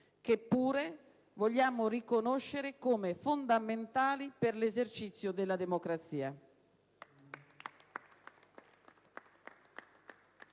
che pure vogliamo riconoscere come fondamentali per l'esercizio della democrazia.